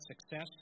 success